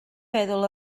meddwl